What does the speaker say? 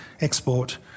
export